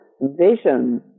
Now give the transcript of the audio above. vision